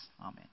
Amen